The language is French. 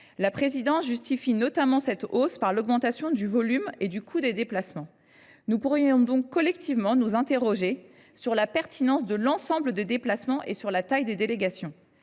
La présidence justifie notamment cette hausse par l’augmentation du volume et du coût des déplacements. Nous pourrions collectivement nous interroger sur la pertinence de l’ensemble des déplacements et sur la taille des délégations.